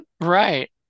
Right